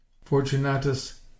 Fortunatus